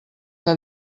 que